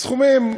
הסכומים,